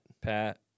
Pat